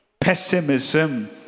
pessimism